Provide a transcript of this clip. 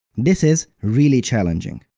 this is really challenging.